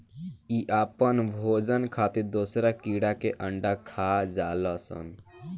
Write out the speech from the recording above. इ आपन भोजन खातिर दोसरा कीड़ा के अंडा खा जालऽ सन